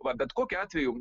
va bet kokiu atveju